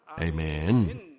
Amen